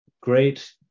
great